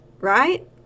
Right